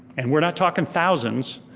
and we're not talking thousands,